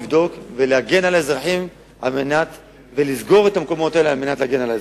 לבדוק ולסגור את המקומות האלו על מנת להגן על האזרחים.